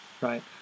right